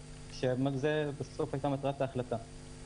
זאת בסוף הייתה מטרת ההחלטה.